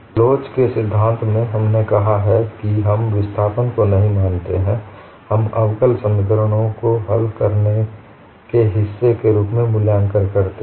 लोच के सिद्धांत में हमने कहा कि हम विस्थापन को नहीं मानते हैं हम अवकल समीकरणों को हल करने के हिस्से के रूप में मूल्याँकन करते हैं